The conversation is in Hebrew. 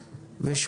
38,